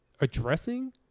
addressing